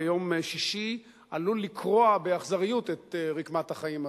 ביום שישי עלול לקרוע באכזריות את רקמת החיים הזו,